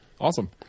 Awesome